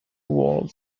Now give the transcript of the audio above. world